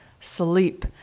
sleep